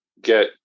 get –